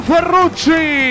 Ferrucci